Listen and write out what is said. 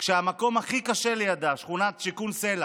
והמקום הכי קשה לידה, שכונת שיכון סלע.